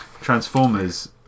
Transformers